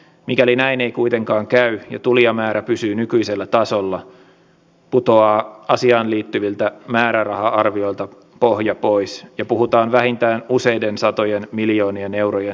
mikäli näin ei kuitenkaan käy ja tulijamäärä pysyy nykyisellä tasolla putoaa asiaan liittyviltä määräraha arvioilta pohja pois ja puhutaan vähintään useiden satojen miljoonien eurojen lisäkustannuksista